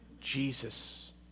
Jesus